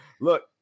Look